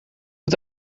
het